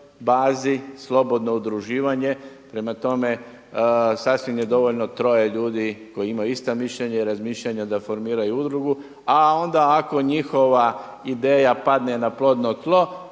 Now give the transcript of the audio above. bazi, slobodno udruživanje. Prema tome, sasvim je dovoljno troje ljudi koji imaju ista mišljenja i razmišljanja da formiraju udrugu, a onda ako njihova ideja padne na plodno tlo,